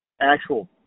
actual